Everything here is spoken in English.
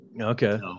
Okay